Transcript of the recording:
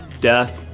death,